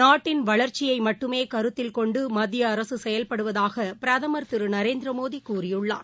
நாட்டின் வளர்ச்சியை மட்டுமே கருத்தில் கொண்டு மத்திய அரசு செயல்படுவதாக பிரதமர் திரு நரேந்திர மோடி கூறியுள்ளார்